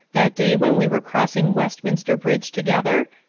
that day when we were crossing westminster bridge together,